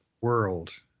world